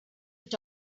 have